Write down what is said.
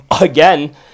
Again